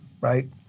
right